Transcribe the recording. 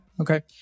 okay